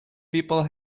people